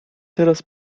teraz